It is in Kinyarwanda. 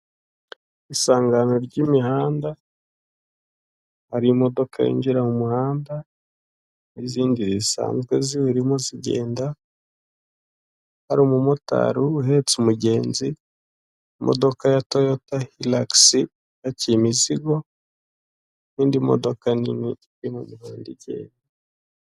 Isangano ry'imihanda, hari imidoko yinjyira mu muhanda, n'izindi sinzawe ziyirimo zigenda, hari umu motari uhetse umugenzi, imodoka ya toyota nagisi ipakiye imizigo, n'indi mogoka nini iri mu muhanda igenda.